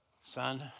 son